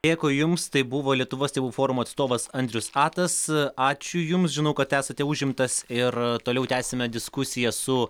dėkui jums tai buvo lietuvos tėvų forumo atstovas andrius atas ačiū jums žinau kad esate užimtas ir toliau tęsiame diskusiją su